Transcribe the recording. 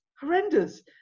horrendous